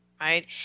Right